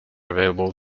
available